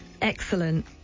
Excellent